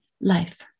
life